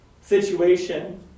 situation